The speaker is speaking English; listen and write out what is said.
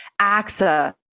AXA